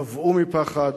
נבעו מפחד